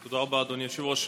תודה רבה, אדוני היושב-ראש.